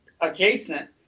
adjacent